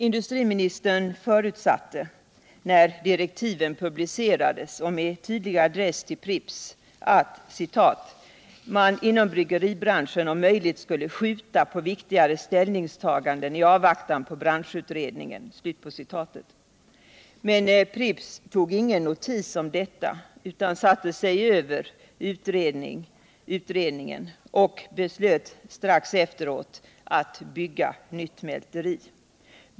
Industriministern förutsatte när direktiven publicerades — och med tydlig adress till Pripps — ”att man inom bryggeribranschen om möjligt skulle skjuta på viktigare ställningstaganden i avvaktan på branschutredningen”. Men Pripps tog ingen notis om detta utan satte sig över utredningen och beslöt strax efteråt att bygga nytt mälteri.